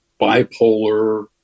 bipolar